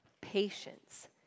patience